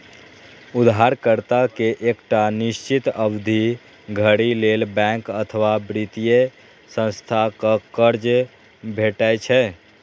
उधारकर्ता कें एकटा निश्चित अवधि धरि लेल बैंक अथवा वित्तीय संस्था सं कर्ज भेटै छै